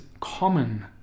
common